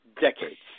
decades